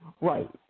Right